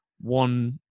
one